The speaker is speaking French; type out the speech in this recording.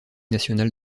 nationale